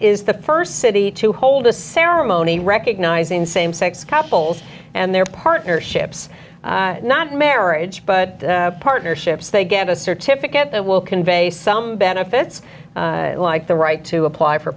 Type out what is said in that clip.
is the first city to hold a ceremony recognizing same sex couples and their partnerships not marriage but partnerships they get a certificate that will convey some benefits like the right to apply for